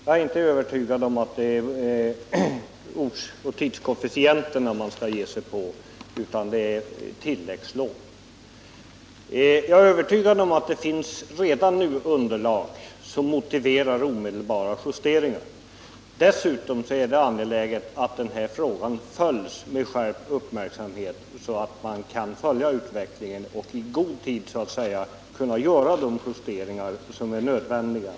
Jag är inte övertygad om att det är ortsoch tidskoefficienterna man skall ge sig på, utan det är tilläggslånen. Jag är alltså säker på att det redan nu finns underlag som motiverar omedelbara justeringar. Dessutom är det angeläget att man med skärpt uppmärksamhet följer utvecklingen så att man i god tid kan göra de justeringar som är nödvändiga.